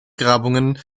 grabungen